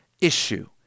issue